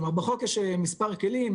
בחוק יש מספר כלים,